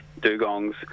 dugongs